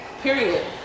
Period